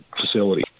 facility